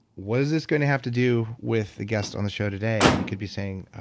what is this going to have to do with the guest on the show today. you could be saying, oh,